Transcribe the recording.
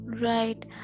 Right